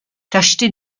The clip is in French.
tacheté